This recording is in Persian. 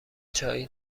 چایی